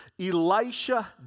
Elisha